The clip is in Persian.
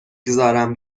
گذارم